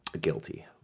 Guilty